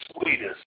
sweetest